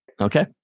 Okay